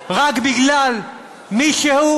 רק בגלל מי שהוא,